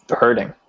hurting